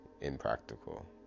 impractical